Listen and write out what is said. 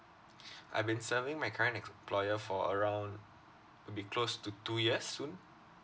I've been serving my current employer for around would be close to two years soon